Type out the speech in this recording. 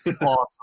Awesome